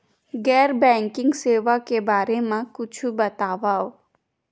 गैर बैंकिंग सेवा के बारे म कुछु बतावव?